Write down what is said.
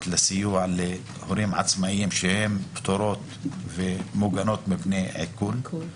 לסיוע להורים עצמאיים שפטורות ומוגנות מפני עיקול.